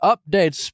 Update